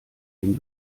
den